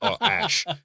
ash